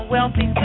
Wealthy